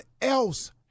else